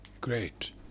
Great